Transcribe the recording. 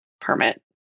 permit